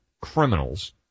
criminals